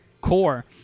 core